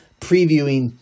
previewing